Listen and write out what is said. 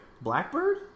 Blackbird